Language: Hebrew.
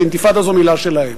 כי אינתיפאדה זו מלה שלהם.